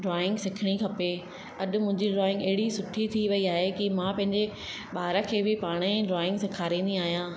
drawing सिखणी खपे अॼु मुंहिंजी ड्रॉइंग एॾी सुठी थी वई आहे की मां पंहिंजे ॿार खे बि पाण ई ड्रॉइंग सेखारींदी आहियां